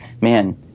man